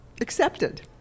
accepted